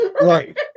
Right